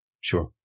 sure